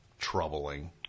troubling